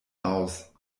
raus